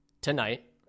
tonight